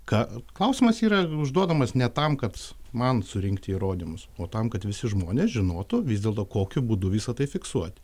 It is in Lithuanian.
ką klausimas yra užduodamas ne tam kad man surinkti įrodymus o tam kad visi žmonės žinotų vis dėl to kokiu būdu visa tai fiksuot